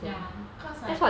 ya cause I